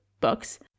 books